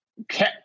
Okay